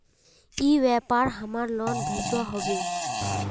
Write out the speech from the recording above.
ई व्यापार हमार लोन भेजुआ हभे?